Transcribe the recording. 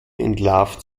entlarvt